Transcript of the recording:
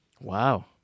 Wow